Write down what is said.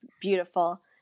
beautiful